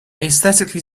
aesthetically